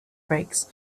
brakes